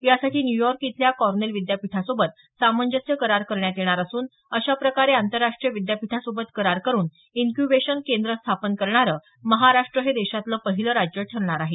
यासाठी न्युयॉर्क इथल्या कॉर्नेल विद्यापीठासोबत सामंजस्य करार करण्यात येणार असून अशा प्रकारे आंतरराष्ट्रीय विद्यापीठासोबत करार करून इन्क्युबेशन केंद्र स्थापन करणारे महाराष्ट्र हे देशातलं पहिलं राज्य ठरणार आहे